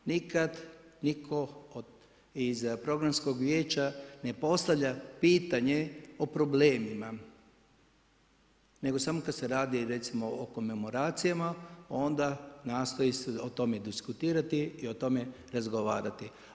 Nikad nitko iz Programskog vijeća ne postavlja pitanje o problemima, nego samo kad se radi recimo o komemoracijama onda nastoji se o tome diskutirati i o tome razgovarati.